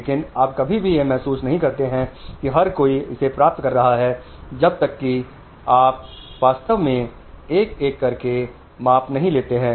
इसलिए आप कभी भी यह महसूस नहीं करते हैं कि हर कोई इसे प्राप्त कर रहा है जब तक कि आप वास्तव में एक एक करके माप नहीं लेते हैं